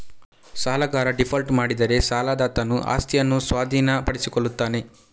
ಸಾಲಗಾರ ಡೀಫಾಲ್ಟ್ ಮಾಡಿದರೆ ಸಾಲದಾತನು ಆಸ್ತಿಯನ್ನು ಸ್ವಾಧೀನಪಡಿಸಿಕೊಳ್ಳುತ್ತಾನೆ